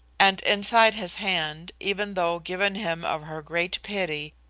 and inside his hand, even though given him of her great pity,